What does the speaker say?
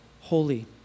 holy